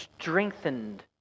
strengthened